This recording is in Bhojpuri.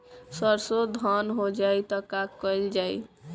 सरसो धन हो जाई त का कयील जाई?